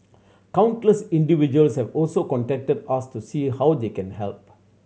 countless individuals have also contacted us to see how they can help